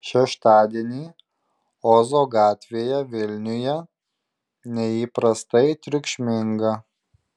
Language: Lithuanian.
šeštadienį ozo gatvėje vilniuje neįprastai triukšminga